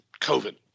covid